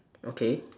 okay